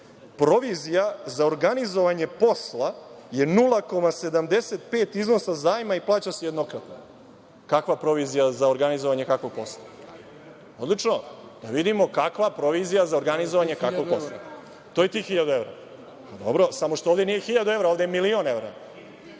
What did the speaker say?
provizija za organizovanje posla je 0,75% iznosa zajma i plaća se jednokratno. Kakva provizija za organizovanje kakvog posla? Da vidimo kakva provizija za organizovanje kakvog posla. To je tih hiljadu evra? Dobro, samo što ovde nije hiljadu evra, ovde je milion evra.